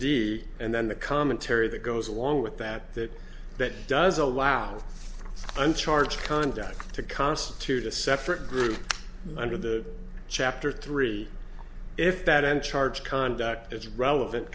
d and then the commentary that goes along with that that that does allow uncharged conduct to constitute a separate group under the chapter three if that in charge conduct it's relevant